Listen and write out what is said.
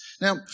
Now